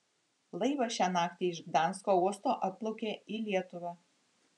laivas šią naktį iš gdansko uosto atplaukė į lietuvą